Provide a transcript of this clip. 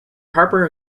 harper